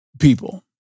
people